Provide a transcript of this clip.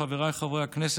חברות וחברי הכנסת,